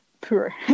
poor